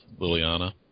Liliana